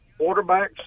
quarterbacks